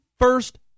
first